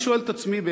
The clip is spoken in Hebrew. אני שואל את עצמי,